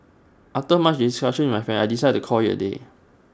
after much discussion with my family I've decided to call IT A day